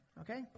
Okay